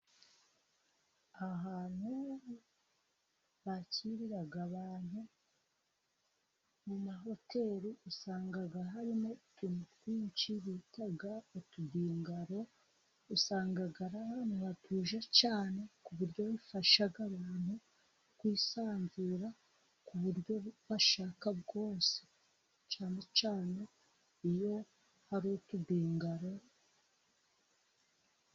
Ahantu bakirira abantu mu mahoteri, usanga harimo utuzu twinshi bita utubingaro, usanga ari ahantu hatuje cyane ku buryo bifasha abantu kwisanzura, ku buryo bashaka bwose cyane cyane iyo hari utubingaro.